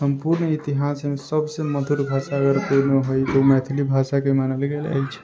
सम्पूर्ण इतिहासमे सबसँ मधुर भाषा अगर कोअनो हइ तऽ ओ मैथिली भाषाके मानल गेल अछि